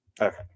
okay